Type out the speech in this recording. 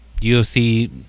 UFC